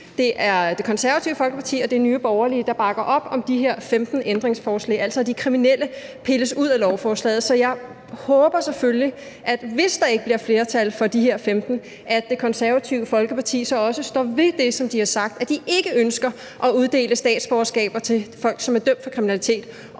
Det Konservative Folkeparti og Nye Borgerlige, der bakker op om de her 15 ændringsforslag, altså at de kriminelle pilles ud af lovforslaget, at jeg selvfølgelig håber, hvis der ikke bliver flertal for de her 15 ændringsforslag, at Det Konservative Folkeparti så også står ved det, som de har sagt, nemlig at de ikke ønsker at uddele statsborgerskaber til folk, som er dømt for kriminalitet,